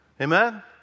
Amen